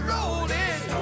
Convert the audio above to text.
Rolling